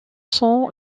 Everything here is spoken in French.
sont